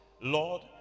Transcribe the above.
Lord